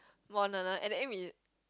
and then we